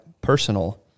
personal